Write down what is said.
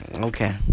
Okay